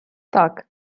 так